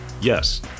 yes